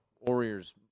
Warriors